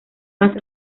más